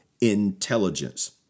intelligence